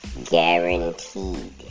guaranteed